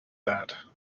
that